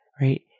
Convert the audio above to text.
right